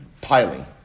Piling